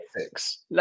ethics